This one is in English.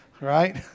right